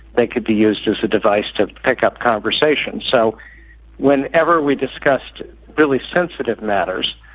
they could be used as a device to pick up conversations. so whenever we discussed really sensitive matters,